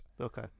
Okay